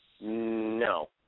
No